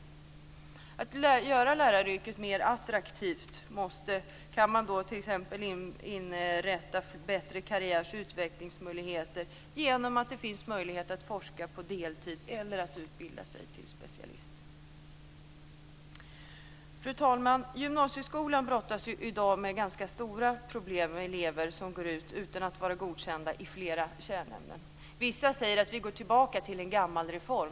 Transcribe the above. För att göra läraryrket mer attraktivt kan man t.ex. inrätta bättre karriärs och utvecklingsmöjligheter genom att ge möjlighet att forska på deltid eller utbilda sig till specialist. Fru talman! Gymnasieskolan brottas i dag med ganska stora problem med elever som går ut skolan utan att vara godkända i flera kärnämnen. Vissa säger att vi ska gå tillbaka till en gammal reform.